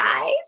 guys